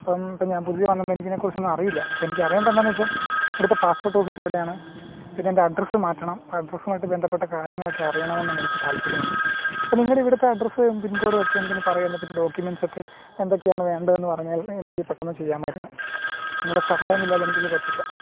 അപ്പം ഇപ്പം ഞാൻ പുതിയ വന്നോണ്ട് എനിക്ക് ഇതിനെ കുറിച്ചൊന്നും അറിയില്ല അപ്പെനിക്കറിയേണ്ടത് എന്താന്ന്വെച്ചാൽ ഇവിടുത്തെ പാസ്പോർട്ട് ഓഫീസ് എവിടെയാണ് പിന്നെൻ്റഡ്രസ്സ് മാറ്റണം അഡ്രസ്സുമായിട്ട് ബന്ധപ്പെട്ട കാര്യങ്ങളൊക്കെ അറിയണമെന്നാണ് എനിക്ക് താല്പര്യമുണ്ട് അപ്പം നിങ്ങളുടെ ഇവിടത്തെ അഡ്രസ്സ് പിൻകോഡുമൊക്കെ എനിക്കൊന്നു പറയുവായിരുന്നെ പിന്നെ ഡോക്കുമെൻറ്റ്സൊക്കെ എന്തൊക്കെയാണ് വേണ്ടതെന്ന് പറഞ്ഞാൽ എനിക്ക് പെട്ടന്ന് ചെയ്യാമായിരുന്നു നിങ്ങളുടെ സഹായമില്ലാതെ എനിക്കിത് പറ്റില്ല